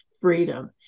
freedom